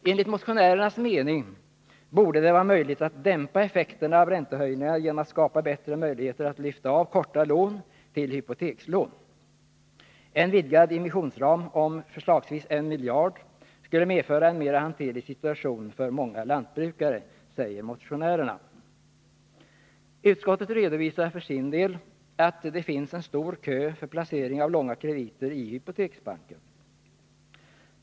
Enligt motionärernas mening borde det vara möjligt att dämpa effekterna av räntehöjningarna genom att skapa bättre möjligheter att lyfta av korta lån till hypotekslån. En vidgad emissionsram om förslagsvis 1 miljard skulle medföra en mera hanterlig situation för många lantbrukare, säger motionärerna. Utskottet redovisar att det finns en stor kö för placering av långa krediter i hypoteksbanken.